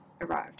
arrived